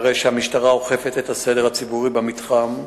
המשטרה אוכפת את הסדר הציבורי במתחם,